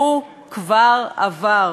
והוא כבר עבר,